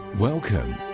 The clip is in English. Welcome